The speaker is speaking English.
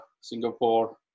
Singapore